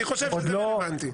אני חושב שזה רלוונטי.